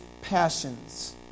passions